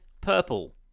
purple